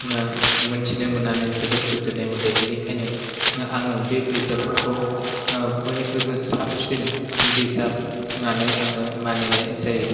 मिथिनो मोन्नानै जोबोद गोजोन्नाय मोन्दों बेखायनो आङो बे बिजाबफोरखौ बयनिफ्रायबो साबसिन बिजाब होन्नानै आङो मानिनाय जायो